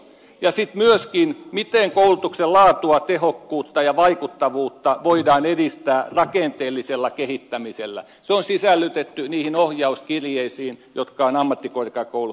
sitten myöskin se miten koulutuksen laatua tehokkuutta ja vaikuttavuutta voidaan edistää rakenteellisella kehittämisellä on sisällytetty niihin ohjauskirjeisiin jotka ovat ammattikorkeakouluihin lähteneet